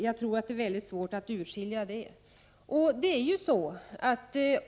Det blir nog svårt att urskilja de olika delarna.